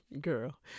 girl